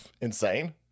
insane